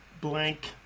blank